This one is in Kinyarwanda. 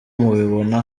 mubibona